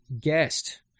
guest